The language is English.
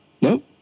no